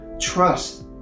trust